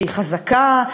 שהיא חזקה,